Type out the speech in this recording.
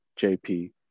JP